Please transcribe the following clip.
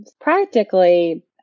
Practically